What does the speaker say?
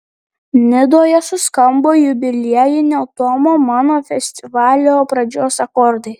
nidoje suskambo jubiliejinio tomo mano festivalio pradžios akordai